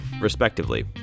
respectively